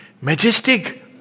majestic